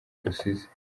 usize